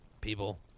people